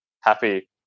happy